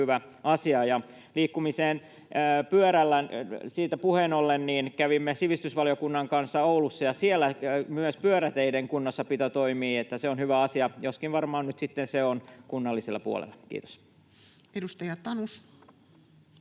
hyvä asia. Liikkumiseen pyörällä: siitä puheen ollen kävimme sivistysvaliokunnan kanssa Oulussa, ja siellä myös pyöräteiden kunnossapito toimii, eli se on hyvä asia, joskin varmaan nyt sitten se on kunnallisella puolella. — Kiitos. [Speech 553]